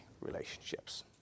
relationships